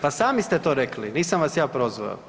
Pa sami ste to rekli, nisam vas ja prozvao.